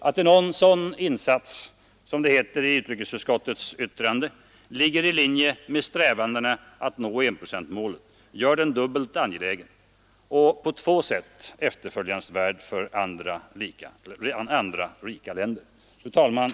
Att en sådan insats, som det heter i utrikesutskottets betänkande, ligger i linje med strävandena att nå enprocentsmålet gör den dubbelt angelägen och på två sätt efterföljansvärd för andra rika länder. Fru talman!